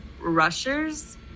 rushers